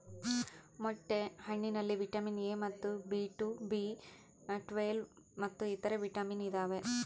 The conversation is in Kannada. ಮೊಟ್ಟೆ ಹಣ್ಣಿನಲ್ಲಿ ವಿಟಮಿನ್ ಎ ಮತ್ತು ಬಿ ಟು ಬಿ ಟ್ವೇಲ್ವ್ ಮತ್ತು ಇತರೆ ವಿಟಾಮಿನ್ ಇದಾವೆ